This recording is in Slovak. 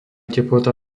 teplota